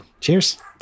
Cheers